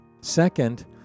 Second